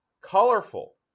Colorful